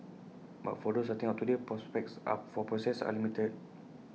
but for those starting out today prospects up for pore success are limited